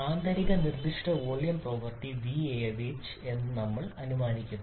ആന്തരിക നിർദ്ദിഷ്ട volume property vavg ഞങ്ങൾ അനുമാനിക്കുന്നു